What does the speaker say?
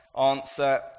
Answer